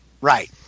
right